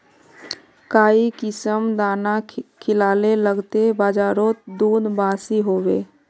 काई किसम दाना खिलाले लगते बजारोत दूध बासी होवे?